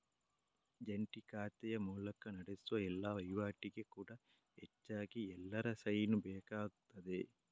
ಜಂಟಿ ಖಾತೆಯ ಮೂಲಕ ನಡೆಸುವ ಎಲ್ಲಾ ವೈವಾಟಿಗೆ ಕೂಡಾ ಹೆಚ್ಚಾಗಿ ಎಲ್ಲರ ಸೈನು ಬೇಕಾಗ್ತದೆ